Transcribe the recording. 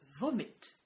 vomit